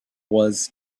was